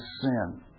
sin